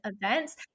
events